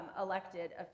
elected